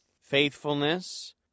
faithfulness